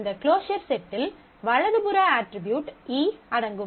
இந்த க்ளோஸர் செட்டில் வலது புற அட்ரிபியூட் E அடங்கும்